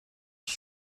qui